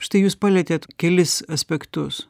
štai jūs palietėt kelis aspektus